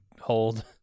hold